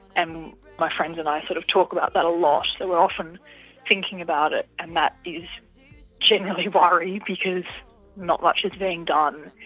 and my friends and i sort of talk about that a lot. we are often thinking about it, and that is generally worry because not much is being done.